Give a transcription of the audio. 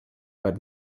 but